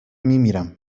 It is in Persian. میمیرم